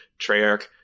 Treyarch